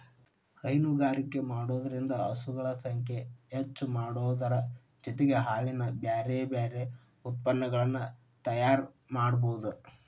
ಹೈನುಗಾರಿಕೆ ಮಾಡೋದ್ರಿಂದ ಹಸುಗಳ ಸಂಖ್ಯೆ ಹೆಚ್ಚಾಮಾಡೋದರ ಜೊತೆಗೆ ಹಾಲಿನ ಬ್ಯಾರಬ್ಯಾರೇ ಉತ್ಪನಗಳನ್ನ ತಯಾರ್ ಮಾಡ್ಬಹುದು